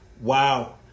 Wow